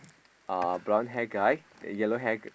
uh blonde hair guy the yellow hair